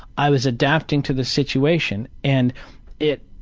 i was adapting to the situation. and it,